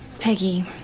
Peggy